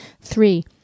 Three